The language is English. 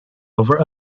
over